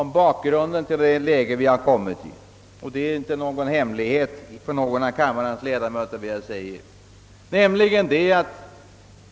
Vad jag nu säger är dock ingen hemlighet för någon av kammarens ledamöter.